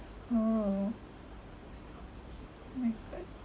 oh my god